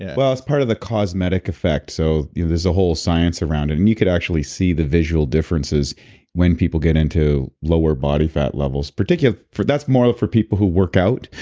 and but it's part of the cosmetic effect, so you know there's a whole science around it and you could actually see the visual differences when people get into lower body fat levels, particularly, that's more for people who work out,